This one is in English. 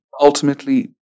ultimately